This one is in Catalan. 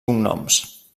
cognoms